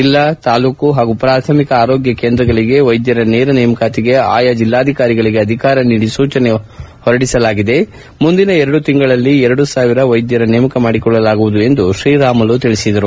ಜಿಲ್ಲಾ ತಾಲ್ಲೂಕು ಹಾಗೂ ಪ್ರಾಥಮಿಕ ಆರೋಗ್ಯ ಕೇಂದ್ರಗಳಿಗೆ ವೈದ್ಯರ ನೇರ ನೇಮಕಾತಿಗೆ ಆಯಾ ಜಿಲ್ಲಾಧಿಕಾರಿಗಳಿಗೆ ಅಧಿಕಾರ ನೀಡಿ ಸೂಚನೆ ಹೊರಡಿಸಲಾಗಿದೆ ಮುಂದಿನ ಎರಡು ತಿಂಗಳಲ್ಲಿ ಎರಡು ಸಾವಿರ ವೈದ್ಯರ ನೇಮಕ ಮಾಡಿಕೊಳ್ಳಲಾಗುವುದು ಎಂದು ಶ್ರೀರಾಮುಲು ತಿಳಿಸಿದರು